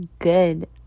good